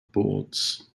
boards